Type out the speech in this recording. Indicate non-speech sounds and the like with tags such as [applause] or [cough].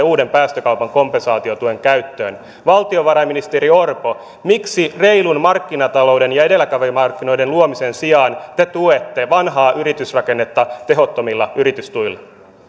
[unintelligible] uuden päästökaupan kompensaatiotuen käyttöön valtiovarainministeri orpo miksi reilun markkinatalouden ja edelläkävijämarkkinoiden luomisen sijaan te tuette vanhaa yritysrakennetta tehottomilla yritystuilla